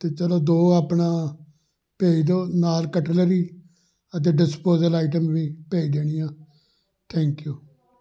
ਅਤੇ ਚਲੋ ਦੋ ਆਪਣਾ ਭੇਜ ਦਿਉ ਨਾਲ ਕਟਲਰੀ ਅਤੇ ਡਿਸਪੋਜਲ ਆਈਟਮ ਵੀ ਭੇਜ ਦੇਣੀ ਆ ਥੈਂਕ ਯੂ